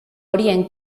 horien